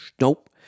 Nope